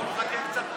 בוא נחכה קצת,